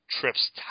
trips